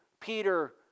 Peter